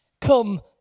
come